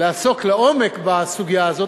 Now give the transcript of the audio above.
לעסוק לעומק בסוגיה הזאת,